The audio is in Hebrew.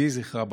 יהי זכרה ברוך.